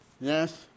yes